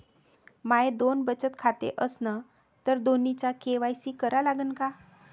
माये दोन बचत खाते असन तर दोन्हीचा के.वाय.सी करा लागन का?